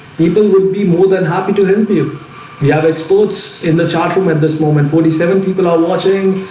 people would be more than happy to help you we have experts in the chat room at this moment forty seven people are watching.